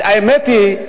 האמת היא,